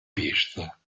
pista